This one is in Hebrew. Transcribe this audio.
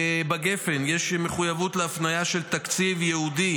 בגפ"ן יש מחויבות להפניה של תקציב ייעודי